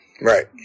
Right